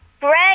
Greg